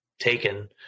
taken